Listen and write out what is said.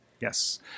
Yes